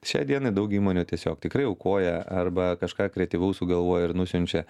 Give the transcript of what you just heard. šiai dienai daug įmonių tiesiog tikrai aukoja arba kažką kreatyvaus sugalvoja ir nusiunčia